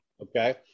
okay